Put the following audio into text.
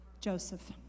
Joseph